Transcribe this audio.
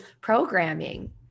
programming